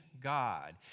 God